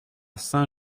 saint